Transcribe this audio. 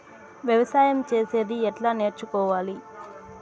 వ్యవసాయం చేసేది ఎట్లా నేర్చుకోవాలి?